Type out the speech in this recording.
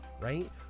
right